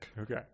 okay